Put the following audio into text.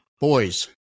boys